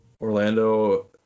Orlando